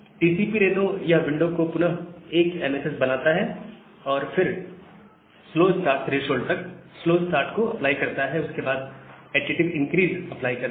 TCP Reno यह window को पुनः 1 MSS बनाता है और फिर स्लो स्टार्ट थ्रेशोल्ड तक स्लो स्टार्ट को अप्लाई करता है और उसके बाद एडिटिव इनक्रीस अप्लाई करता है